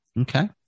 Okay